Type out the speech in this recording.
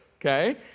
okay